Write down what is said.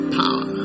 power